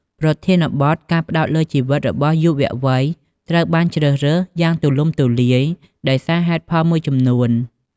ប្រធានបទ ការផ្តោតលើជីវិតរបស់យុវវ័យ ត្រូវបានជ្រើសរើសយ៉ាងទូលំទូលាយ ដោយសារហេតុផលមួយចំនួន។